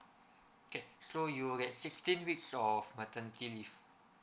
K so you'll get sixteen weeks of maternity leave